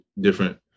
different